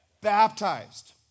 baptized